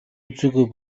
үзээгүй